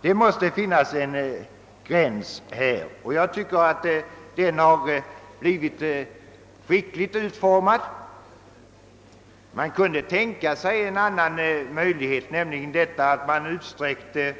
Det måste härvidlag finnas en gräns, och jag tycker att den i propositionen har blivit lämpligt utformad. Man kunde tänka sig en annan möjlighet, nämligen att utsträcka